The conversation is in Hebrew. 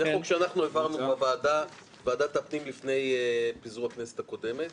זה חוק שהעברנו בוועדת הפנים לפני פיזור הכנסת הקודמת,